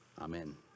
amen